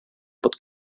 bod